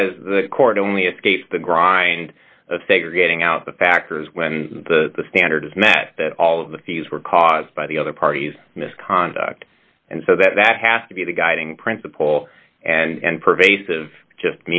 says the court only escapes the grind of favor getting out the factors when the standard is met that all of the fees were caused by the other parties misconduct and so that that has to be the guiding principle and pervasive just